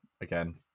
again